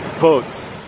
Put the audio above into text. Boats